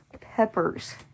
peppers